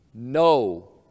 No